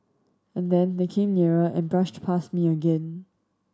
and then they came nearer and brushed past me again